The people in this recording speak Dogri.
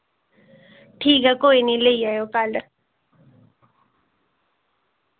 ठीक ऐ कोई नि लेई आयो कल